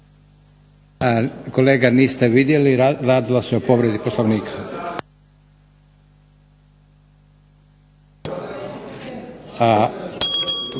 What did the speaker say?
Kolega niste vidjeli, radilo se o povredi Poslovnika.